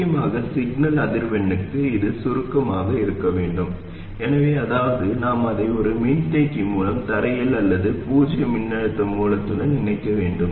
முக்கியமாக சிக்னல் அதிர்வெண்ணுக்கு இது சுருக்கமாக இருக்க வேண்டும் எனவே அதாவது நாம் அதை ஒரு மின்தேக்கி மூலம் தரையில் அல்லது பூஜ்ஜிய மின்னழுத்த மூலத்துடன் இணைக்க வேண்டும்